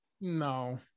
No